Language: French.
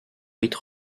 rite